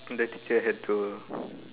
that teacher had to